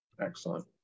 Excellent